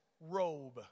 robe